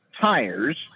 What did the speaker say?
tires